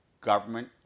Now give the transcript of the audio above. government